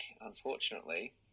unfortunately